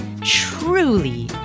truly